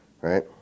Right